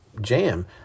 jam